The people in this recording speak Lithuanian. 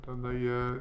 tada jie